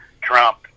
Trump